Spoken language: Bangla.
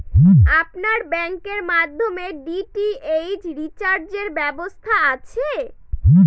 আপনার ব্যাংকের মাধ্যমে ডি.টি.এইচ রিচার্জের ব্যবস্থা আছে?